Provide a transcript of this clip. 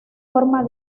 forma